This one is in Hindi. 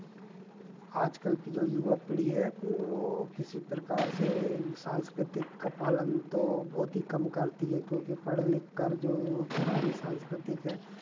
आज कल की जो युवा पीढ़ी है वो किसी प्रकार से वो सांस्कृतिक का पालन तो बहुत ही कम करती है क्योंकि पढ़ लिखकर जो वो पुरानी सांस्कृतिक हैं